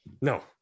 No